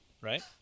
Right